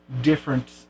different